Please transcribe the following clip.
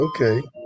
Okay